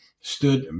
stood